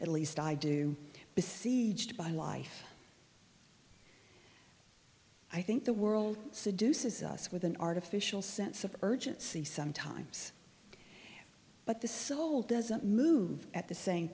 at least i do besieged by life i think the world seduces us with an artificial sense of urgency sometimes but the soul doesn't move at the same